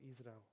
Israel